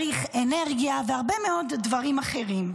צריך אנרגיה והרבה מאוד דברים אחרים.